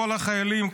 כל החיילים,